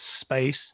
space